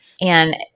And-